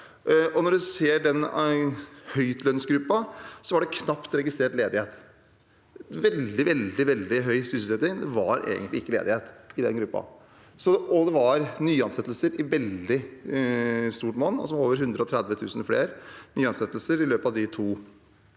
når en ser på høytlønnsgruppa, var det knapt registrert ledige. Det var veldig, veldig høy sysselsetting, det var egentlig ikke ledighet i den gruppa, og det var nyansettelser i stort monn – over 130 000 flere nyansettelser i løpet av de to